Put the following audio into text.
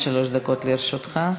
עד שלוש דקות לרשותך.